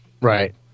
Right